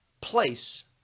place